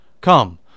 Come